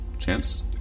Chance